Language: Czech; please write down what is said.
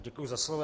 Děkuji za slovo.